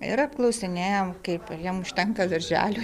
ir apklausinėjam kaip ar jam užtenka darželių